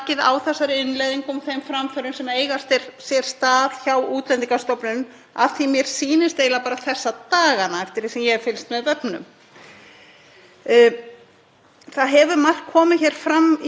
Það hefur margt komið fram í umræðunni sem mælir með því og bendir til þess að það verði mikil einföldun og mikil